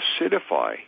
acidify